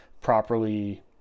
properly